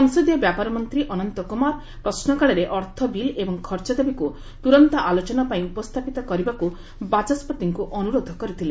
ସଂସଦୀୟ ବ୍ୟାପାର ମନ୍ତ୍ରୀ ଅନନ୍ତ କୁମାର ପଶ୍ରକାଳରେ ଅର୍ଥ ବିଲ୍ ଏବଂ ଖର୍ଚ୍ଚଦାବିକୁ ତୂରନ୍ତ ଆଲୋଚନାପାଇଁ ଉପସ୍ଥାପିତ କରିବାକୁ ବାଚସ୍ୱତିଙ୍କୁ ଅନୁରୋଧ କରିଥିଲେ